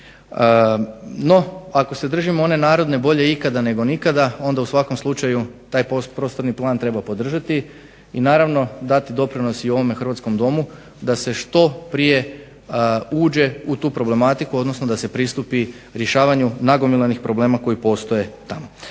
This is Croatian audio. No, ako se držim one narodne "bolje ikada nego nikada" onda taj prostorni plan treba podržati i naravno dati doprinos u ovom Hrvatskom domu da se što prije uđe u tu problematiku odnosno da se priđe rješavanju nagomilanih problema koji postoje tamo.